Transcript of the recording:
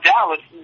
Dallas